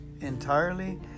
entirely